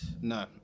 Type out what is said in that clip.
no